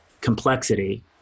complexity